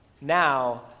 now